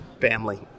family